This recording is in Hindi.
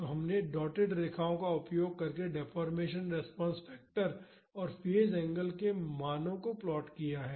तो हमने डॉटेड रेखाओं का उपयोग करके डेफोर्मेशन रिस्पांस फैक्टर और फेज़ एंगल के मानों को प्लॉट किया है